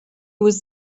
was